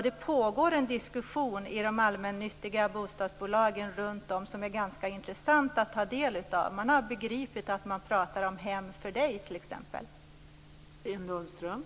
Det pågår en diskussion i de allmännyttiga bostadsbolagen runtom i landet som det är ganska intressant att ta del av. Man har t.ex. begripit att man talar om vad som är ett hem för någon.